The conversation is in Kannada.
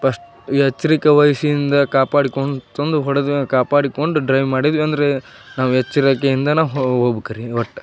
ಪಸ್ಟ್ ಎಚ್ಚರಿಕೆ ವಹಿಸಿಂದ ಕಾಪಾಡಿಕೊಂಡು ತಂದು ಹೊಡೆದು ಕಾಪಾಡಿಕೊಂಡು ಡ್ರೈವ್ ಮಾಡಿದ್ವಿ ಅಂದರೆ ನಾವು ಎಚ್ಚರಿಕೆಯಿಂದನ ಹೋಗಬೇಕ್ರಿ ಒಟ್ಟು